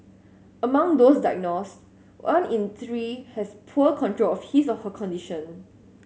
among those diagnosed one in three has poor control of his or her condition